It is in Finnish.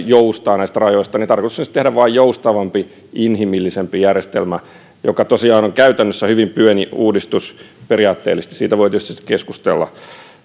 joustaa näistä rajoista niin tarkoitus olisi tehdä vain joustavampi ja inhimillisempi järjestelmä mikä tosiaan on käytännössä hyvin pieni uudistus periaatteellisesti siitä voi tietysti sitten keskustella